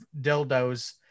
dildos